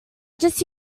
just